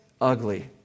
ugly